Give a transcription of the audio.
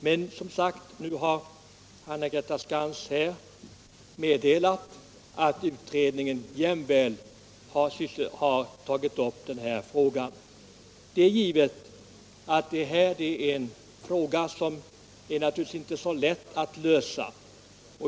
Fru Anna-Greta Skantz har dock här meddelat att utredningen jämväl tagit upp den frågan. Denna fråga är naturligtvis inte så lätt att lösa.